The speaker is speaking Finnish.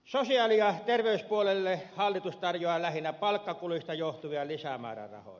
sosiaali ja terveyspuolelle hallitus tarjoaa lähinnä palkkakuluista johtuvia lisämäärärahoja